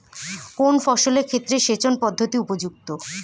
কোন ফসলের ক্ষেত্রে সেচন পদ্ধতি উপযুক্ত?